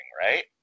Right